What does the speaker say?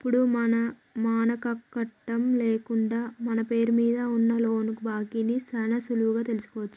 ఇప్పుడు మనకాకట్టం లేదు మన పేరు మీద ఉన్న లోను బాకీ ని సాన సులువుగా తెలుసుకోవచ్చు